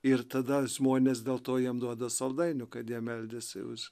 ir tada žmonės dėl to jiem duoda saldainių kad jie meldėsi už